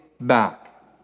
back